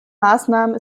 maßnahmen